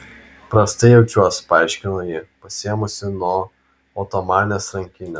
prastai jaučiuos paaiškino ji pasiėmusi nuo otomanės rankinę